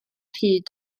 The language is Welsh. hyd